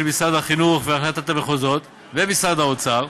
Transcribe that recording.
משרד החינוך והחלטת המחוזות ומשרד האוצר.